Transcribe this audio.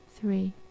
three